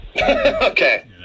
Okay